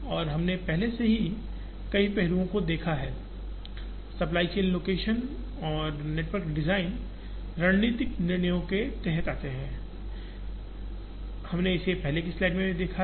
और हमने पहले से ही इसके कई पहलुओं को देखा है सप्लाई चेन लोकेशन और नेटवर्क डिजाइन रणनीतिक निर्णयों के तहत आते हैं हमने इसे पहले की स्लाइड में देखा है